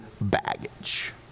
baggage